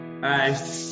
Bye